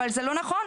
אבל זה לא נכון.